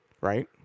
right